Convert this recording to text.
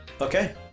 Okay